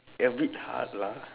a bit hard lah